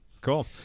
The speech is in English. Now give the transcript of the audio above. Cool